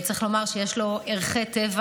צריך לומר שיש לו ערכי טבע